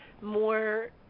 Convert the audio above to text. more